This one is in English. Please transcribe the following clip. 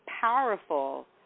powerful